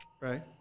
Right